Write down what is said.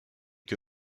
que